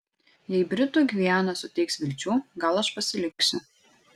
jei britų gviana suteiks vilčių gal aš pasiliksiu